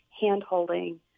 hand-holding